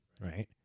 right